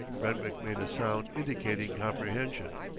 brentwick made a sound indicating comprehension,